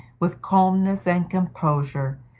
with calmness and composure,